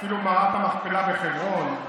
אפילו במערת המכפלה בחברון,